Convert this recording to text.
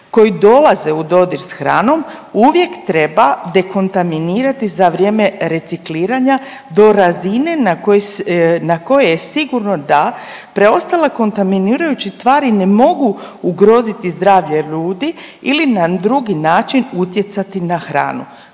koji dolaze u dodir s hranom uvijek treba dekontaminirati za vrijeme recikliranja do razine na kojoj je sigurno da preostala kontaminirajuće tvari ne mogu ugroziti zdravlje ljudi ili na drugi način utjecati na hranu